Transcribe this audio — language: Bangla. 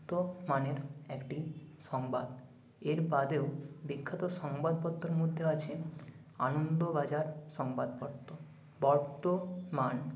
মানের একটি সংবাদ এর বাদেও বিখ্যাত সংবাদপত্রর মধ্যেও আছে আনন্দবাজার সংবাদপত্র বর্তমান